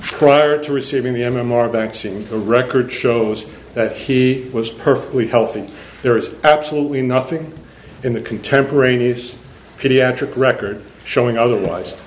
prior to receiving the m m r vaccine the record shows that he was perfectly healthy there is absolutely nothing in the contemporaneous pediatric record showing otherwise